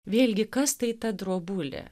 vėlgi kas tai ta drobulė